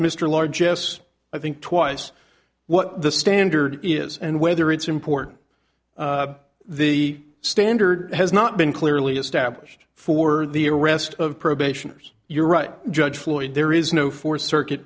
mr large yes i think twice what the standard is and whether it's important the standard has not been clearly established for the arrest of probationers you're right judge floyd there is no fourth circuit